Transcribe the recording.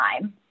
time